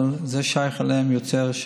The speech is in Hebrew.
אבל זה שייך אליהם יותר,